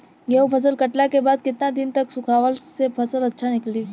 गेंहू फसल कटला के बाद केतना दिन तक सुखावला से फसल अच्छा निकली?